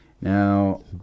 Now